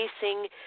Facing